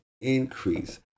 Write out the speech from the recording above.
increase